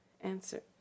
Answer